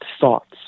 thoughts